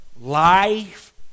Life